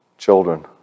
Children